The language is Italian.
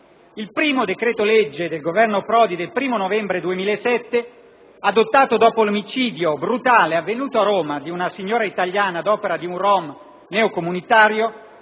Il primo decreto-legge del Governo Prodi del 1° novembre 2007, adottato dopo il brutale omicidio a Roma di una signora italiana ad opera di un rom neocomunitario,